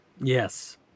Yes